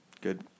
Good